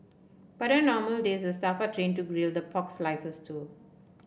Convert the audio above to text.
but on normal days the staff are trained to grill the pork slices too